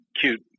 cute